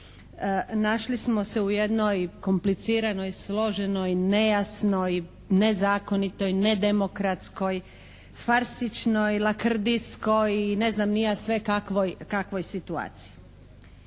našli smo se u jednoj kompliciranoj, složenoj, nejasnoj, nezakonitoj, nedemokratskoj, farsičnoj, lakrdijskoj ne znam ni ja sve kakvoj situaciji.